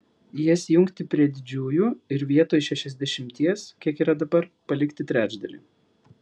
jas jungti prie didžiųjų ir vietoj šešiasdešimties kiek yra dabar palikti trečdalį